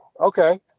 Okay